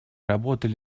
работали